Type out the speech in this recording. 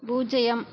பூஜ்ஜியம்